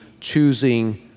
choosing